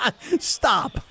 Stop